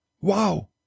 Wow